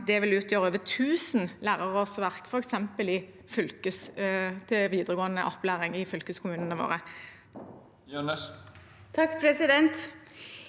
Det vil utgjøre over 1 000 lærerårsverk, f.eks. i den videregående opplæringen i fylkeskommunene våre.